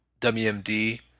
WMD